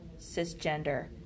cisgender